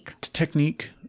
technique